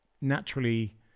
naturally